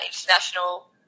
international